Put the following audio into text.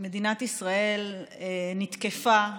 מדינת ישראל נתקפה,